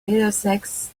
middlesex